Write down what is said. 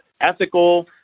ethical